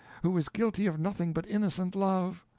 who is guilty of nothing but innocent love.